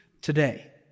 today